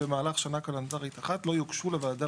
במהלך שנה קלנדרית אחת לא יוגשו לוועדה